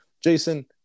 Jason